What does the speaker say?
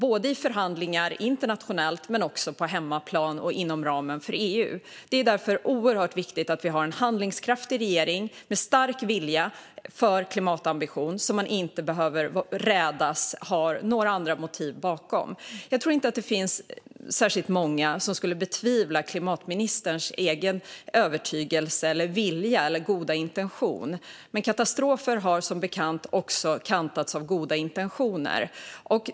Det gäller såväl i internationella förhandlingar och förhandlingar på hemmaplan som inom ramen för EU. Det är oerhört viktigt med en handlingskraftig regering med stark vilja och höga klimatambitioner, som man inte behöver rädas har några andra bakomliggande motiv. Jag tror inte att det finns särskilt många som skulle betvivla klimatministerns egen övertygelse, vilja och goda intention - men vägen mot katastrofer kantas som bekant av goda intentioner.